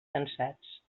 cansats